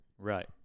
Right